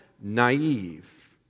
naive